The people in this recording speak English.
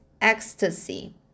ecstasy